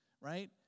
right